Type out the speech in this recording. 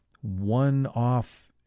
one-off